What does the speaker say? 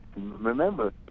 remember